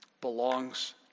belongs